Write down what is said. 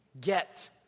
get